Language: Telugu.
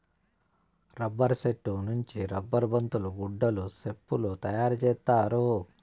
రబ్బర్ సెట్టు నుంచి రబ్బర్ బంతులు గుడ్డలు సెప్పులు తయారు చేత్తారు